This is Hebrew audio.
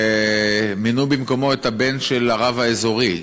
ומינו במקומו את הבן של הרב האזורי,